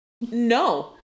no